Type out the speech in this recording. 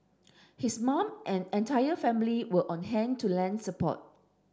his mum and entire family were on hand to lend support